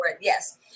Yes